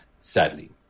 sadly